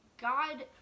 God